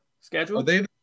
schedule